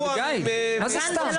מה זה סתם?